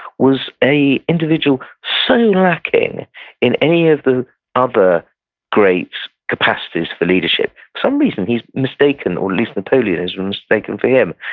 was a individual so lacking in any of the other great capacities for leadership, some reason he's mistaken or at least napoleon is mistaken for him,